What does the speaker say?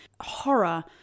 horror